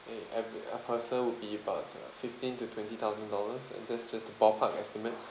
in every a person would be about uh fifteen to twenty thousand dollars and that's just a ballpark estimate